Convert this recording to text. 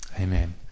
amen